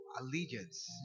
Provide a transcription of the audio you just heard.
allegiance